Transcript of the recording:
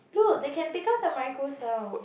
look they can pick up the micro sounds